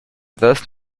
dos